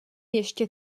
ještě